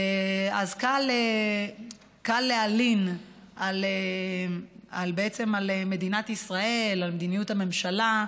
אז קל להלין על מדינת ישראל, על מדיניות הממשלה,